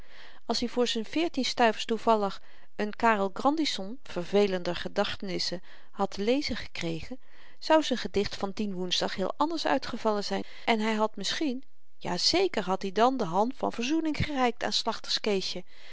als i voor z'n veertien stuivers toevallig n karel grandisson vervelender gedachtenisse had te lezen gekregen zou z'n gedicht van dien woensdag heel anders uitgevallen zyn en hy had misschien ja zeker had i dan de hand van verzoening gereikt aan